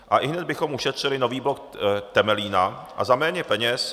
A ihned bychom ušetřili nový blok Temelína a za méně peněz.